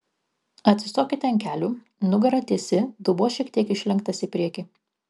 atsistokite ant kelių nugara tiesi dubuo šiek tiek išlenktas į priekį